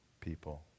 people